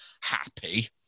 happy